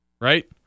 right